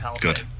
Good